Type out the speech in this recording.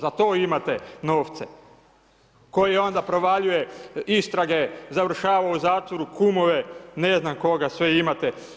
Za to imate novce koji onda provaljuje istrage, završava u zatvoru, kumove, ne znam koga sve imate.